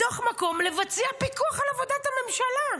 מתוך מקום לבצע פיקוח על עבודת הממשלה.